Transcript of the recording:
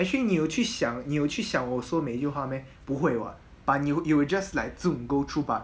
actually 你有去想你有去想我说的每句话 meh 不会 [what] but you you would just like to zoom go through but